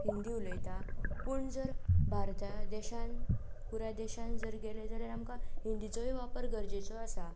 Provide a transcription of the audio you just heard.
हिंदी उलयतां पूण जर भारता देशांत पुराय देशांत जर गेले आमकां हिंदीचो वापर गरजेचो आसा